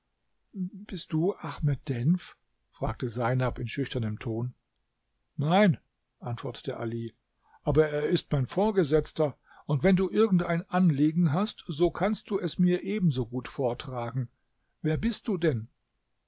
bist du ahmed denf fragte seinab in schüchternem ton nein antwortete ali aber er ist mein vorgesetzter und wenn du irgend ein anliegen hast so kannst du es mir ebensogut vortragen wer bist du denn